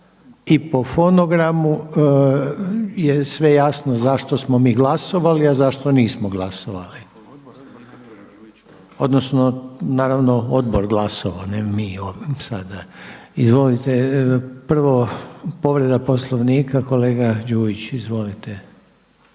i po fonogramu je sve jasno zašto smo mi glasovali, a zašto nismo glasovali odnosno odbor glasovao ne mi sada. Izvolite, prvo povreda Poslovnika kolega Đujić. Izvolite.